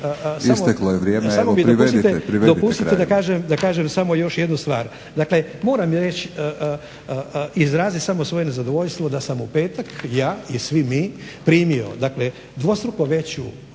Isteklo je vrijeme. Evo privedite kraju./… Dopustite da kažem samo još jednu stvar. Dakle, moram reći, izraziti samo svoje nezadovoljstvo da sam u petak ja i svi mi primio dakle dvostruko veću